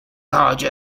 large